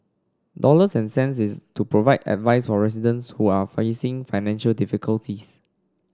dollars and cents is to provide advice for residents who are facing financial difficulties